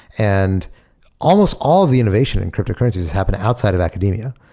and almost all of the innovation in cryptocurrencies happen outside of academia.